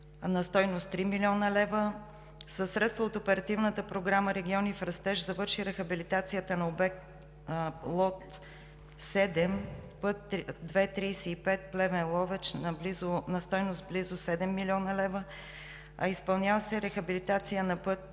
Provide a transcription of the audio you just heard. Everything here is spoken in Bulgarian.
на стойност – 3 млн. лв. Със средства от Оперативната програма „Региони в растеж“ завърши рехабилитацията на обект лот 7, път II-35 Плевен – Ловеч на стойност близо 7 млн. лв., изпълнява се рехабилитация на път